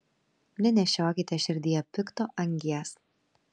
nenešiokite širdyje pikto angies